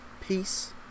peace